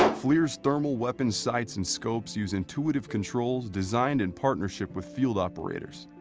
flir's thermal weapon sights and scopes use intuitive controls designed in partnership with field operators,